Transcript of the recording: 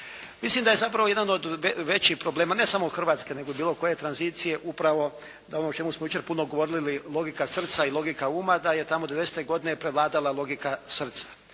Mislim da je zapravo jedan od većih problema, ne samo u Hrvatske, nego bilo koje tranzicije upravo ono o čemu smo jučer puno govorili logika srca i logika uma da je tamo 90-te godine prevladala logika srca.